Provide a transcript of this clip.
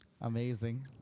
Amazing